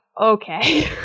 okay